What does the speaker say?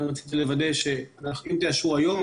אם תאשרו היום,